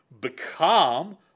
become